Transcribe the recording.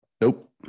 Nope